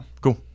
Cool